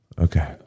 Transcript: Okay